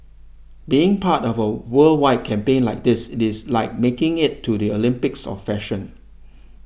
being part of a worldwide campaign like this it is like making it to the Olympics of fashion